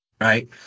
Right